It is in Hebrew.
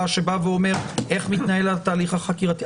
שבא ואומר איך מתנהל התהליך החקירתי,